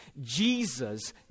Jesus